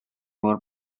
mor